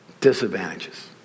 disadvantages